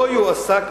לא יועסק,